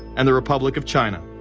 and the republic of china.